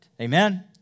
Amen